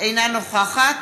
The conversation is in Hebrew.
אינה נוכחת